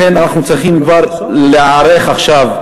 לכן אנחנו צריכים להיערך כבר עכשיו,